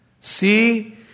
See